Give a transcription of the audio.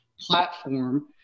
platform